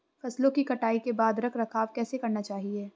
फसलों की कटाई के बाद रख रखाव कैसे करना चाहिये?